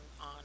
on